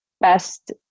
best